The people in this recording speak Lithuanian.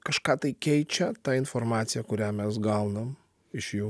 kažką tai keičia tą informaciją kurią mes gaunam iš jų